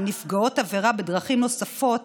על נפגעות עבירה בדרכים נוספות